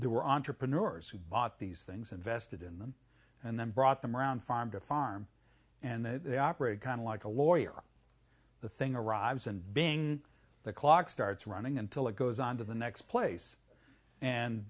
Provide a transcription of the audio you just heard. there were entrepreneurs who bought these things invested in them and then brought them around farm to farm and they operated kind of like a lawyer the thing arrives and being the clock starts running until it goes on to the next place and